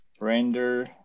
render